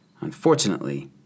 Unfortunately